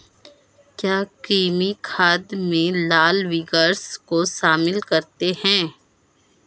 क्या कृमि खाद में लाल विग्लर्स को शामिल करते हैं?